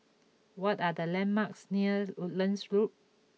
what are the landmarks near Woodlands Loop